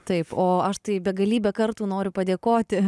taip o aš tai begalybę kartų noriu padėkoti